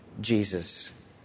Jesus